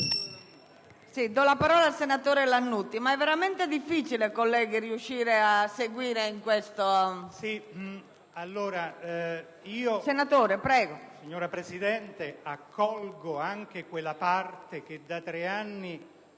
Do la parola al senatore Lannutti, ma è veramente difficile, colleghi, riuscire a seguire il dibattito